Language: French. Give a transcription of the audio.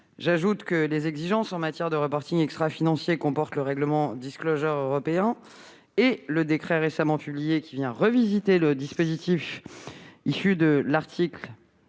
J'ajoute les exigences en matière de extrafinancier qu'emportent le règlement européen et le décret récemment publié, qui vient revisiter le dispositif issu du VI de l'article